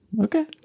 Okay